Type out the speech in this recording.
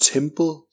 Temple